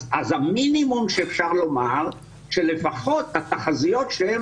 אז המינימום שאפשר לומר הוא שלפחות התחזיות שהם